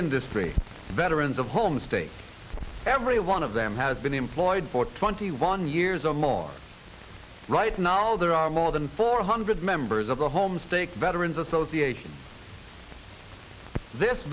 industry veterans of home states every one of them has been employed for twenty one years or more right now there are more than four hundred members of the homestake veterans associates this